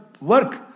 work